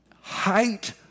height